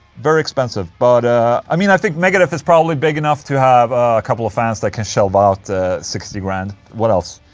very expensive but i mean, i think megadeth is probably big enough to have a couple of fans that can shovel out sixty grand. what else?